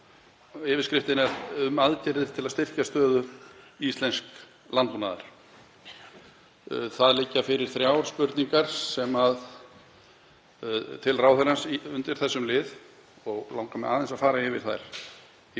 Yfirskriftin er um aðgerðir til að styrkja stöðu íslensks landbúnaðar. Það liggja fyrir þrjár spurningar til ráðherrans undir þessum lið og langar mig aðeins að fara yfir þær.